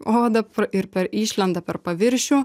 odą ir per išlenda per paviršių